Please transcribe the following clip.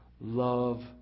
love